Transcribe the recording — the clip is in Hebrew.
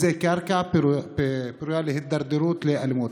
זו קרקע פורייה להתדרדרות לאלימות.